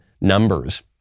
numbers